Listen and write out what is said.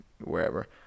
wherever